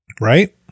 right